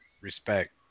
Respect